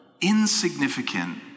insignificant